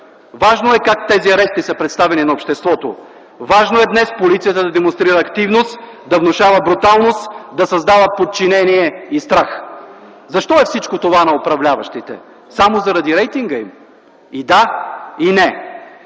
Важно е как тези арести са представени на обществото. Важно е днес полицията да демонстрира активност, да внушава бруталност, да създава подчинение и страх. Защо е всичко това на управляващите?! Само заради рейтинга им?! И да, и не,